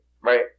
right